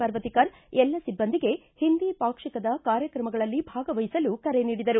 ಪರ್ವತೀಕರ್ ಎಲ್ಲ ಸಿಬ್ಬಂದಿಗೆ ಹಿಂದಿ ಪಾಕ್ಷಿಕದ ಕಾರ್ಯಕ್ರಮಗಳಲ್ಲಿ ಭಾಗವಹಿಸಲು ಕರೆ ನೀಡಿದರು